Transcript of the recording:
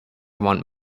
want